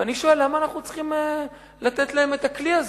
ואני שואל: למה אנחנו צריכים לתת להם את הכלי הזה?